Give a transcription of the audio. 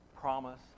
promise